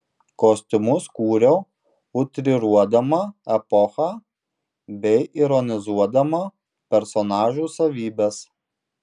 kostiumus kūriau utriruodama epochą bei ironizuodama personažų savybes